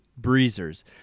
breezers